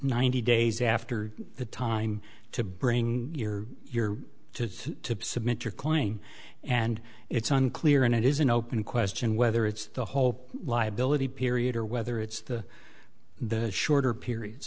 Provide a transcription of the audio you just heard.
ninety days after the time to bring your to submit your claim and it's unclear and it is an open question whether it's the whole liability period or whether it's the the shorter period